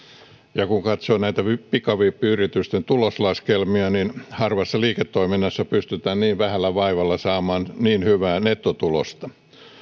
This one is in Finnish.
kun katsoo näitä pikavippiyritysten tuloslaskelmia niin harvassa liiketoiminnassa pystytään niin vähällä vaivalla saamaan niin hyvää nettotulosta